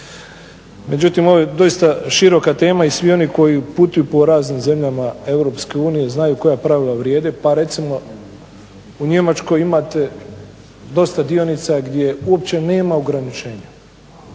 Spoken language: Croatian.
Međutim, ovo je doista široka tema i svi oni koji putuju po raznim zemljama EU znaju koja pravila vrijede pa recimo u Njemačkoj imate dosta dionica gdje uopće nema ograničenja,